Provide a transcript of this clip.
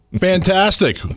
fantastic